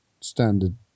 standard